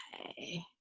Okay